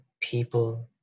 people